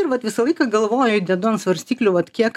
ir vat visą laiką galvoju dedu ant svarstyklių vat kiek